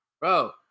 bro